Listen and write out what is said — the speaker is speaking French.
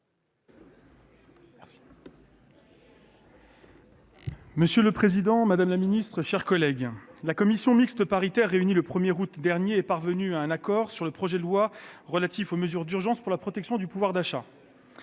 Monsieur le président, madame la ministre, mes chers collègues, la commission mixte paritaire réunie le 1 août dernier est parvenue à un accord sur le projet de loi portant mesures d'urgence pour la protection du pouvoir d'achat.